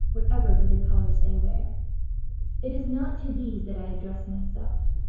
whatever be the colors they wear it is not to these that i address myself.